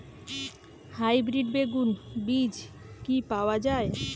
Hybrid বেগুন বীজ কি পাওয়া য়ায়?